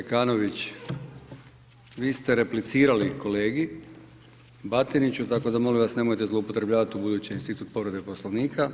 Kolega Zekanović, vi ste replicirali kolegi Batiniću tako da molim vas nemojte zloupotrebljavati ubuduće institut povrede Poslovnika.